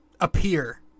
appear